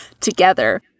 together